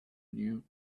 knew